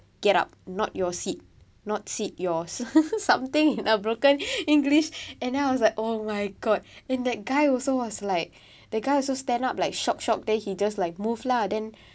get up not your seat not seat yours something ah broken english and then I was like oh my god then that guy also was like the guy also stand up like shiok shiok then he just like move lah then